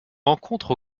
rencontre